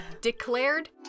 declared